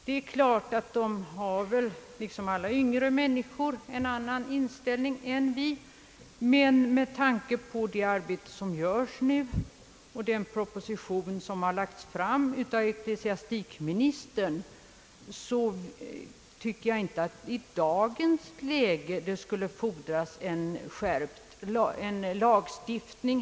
Det är klart att de liksom alla yngre människor har en annan inställning än vi, men med tanke på det arbete som nu görs och den proposition, som nu har lagts fram av ecklesiastikministern, tycker jag inte att det i dagens läge skulle fordras en lagstiftning.